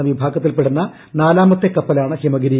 എന്ന വിഭാഗത്തിൽപെടുന്ന നാലാമത്തെ കപ്പലാണ് ഷ്ടിമഗ്രീരി